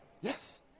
Yes